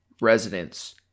residents